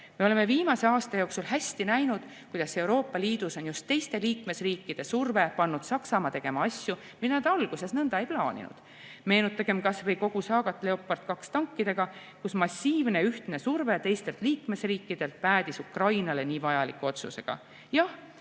Me oleme viimase aasta jooksul hästi näinud, kuidas Euroopa Liidus on just teiste liikmesriikide surve pannud Saksamaa tegema asju, mida nad alguses nõnda ei plaaninud. Meenutagem kas või kogu saagat Leopard II tankidega, kus massiivne ja ühtne surve teistelt liikmesriikidelt päädis Ukrainale nii vajaliku otsusega. Jah,